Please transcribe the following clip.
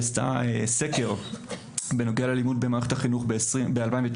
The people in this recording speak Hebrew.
עשתה סקר בנוגע לאלימות במערכת החינוך ב-2019,